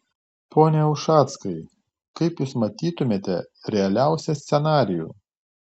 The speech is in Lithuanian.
pone ušackai kaip jūs matytumėte realiausią scenarijų